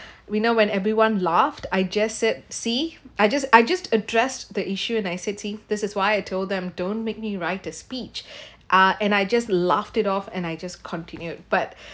we know when everyone laughed I just said see I just I just addressed the issue and I said see this is why I told them don't make me write the speech ah and I just laughed it off and I just continued but